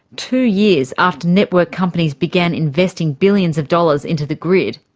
two years after network companies began investing billions of dollars into the grid,